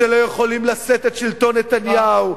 שלא יכולים לשאת את שלטון נתניהו,